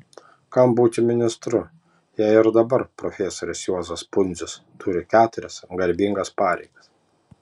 kam būti ministru jei ir dabar profesorius juozas pundzius turi keturias garbingas pareigas